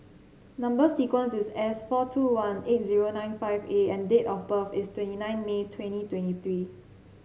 number sequence is S four two one eight zero nine five A and date of birth is twenty nine May twenty twenty three